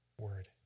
word